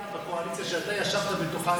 מיליארד בקואליציה שאתה ישבת בתוכה,